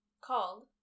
called